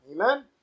Amen